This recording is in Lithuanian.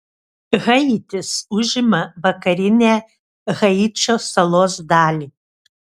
haitis užima vakarinę haičio salos dalį